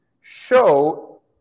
show